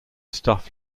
stuff